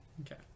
Okay